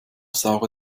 saure